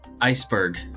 iceberg